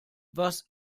was